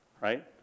right